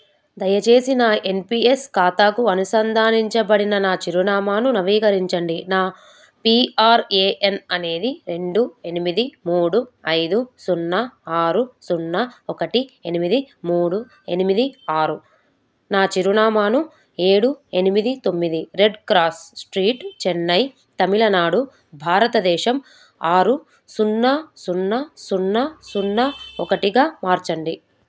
దయచేసి నా N P S ఖాతాకు అనుసంధానించబడిన నా చిరునామాను నవీకరించండి నా పీ ఆర్ ఏ ఎన్ అనేది రెండు ఎనిమిది మూడు ఐదు సున్నా ఆరు సున్నా ఒకటి ఎనిమిది మూడు ఎనిమిది ఆరు నా చిరునామాను ఏడు ఎనిమిది తొమ్మిది red cross street Chennai Tamil Nadu భారతదేశం ఆరు సున్నా సున్నా సున్నా సున్నా ఒకటిగా మార్చండి